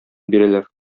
бирәләр